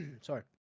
sorry